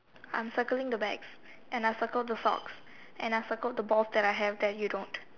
I am circling the bags and I circled the socks and I circled the balls that I have that you don't